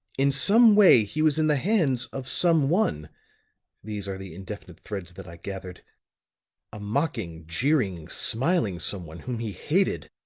in some way he was in the hands of some one these are the indefinite threads that i gathered a mocking, jeering, smiling someone whom he hated,